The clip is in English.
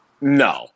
No